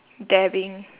dabbing